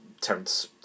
Terence